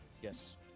Yes